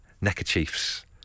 neckerchiefs